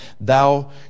Thou